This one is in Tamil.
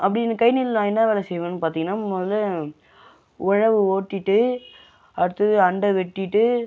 அப்படி அந் கயனில நான் என்ன வேலை செய்வேனு பார்த்தீங்கனா முதல்ல உழவு ஓட்டிகிட்டு அடுத்தது அண்டை வெட்டிவிட்டு